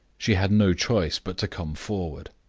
she had no choice but to come forward.